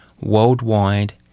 worldwide